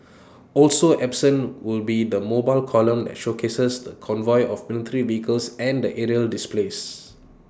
also absent will be the mobile column that showcases the convoy of military vehicles and the aerial displays